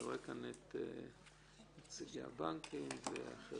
אני רואה כאן את נציגי הבנקים ואחרים.